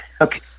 Okay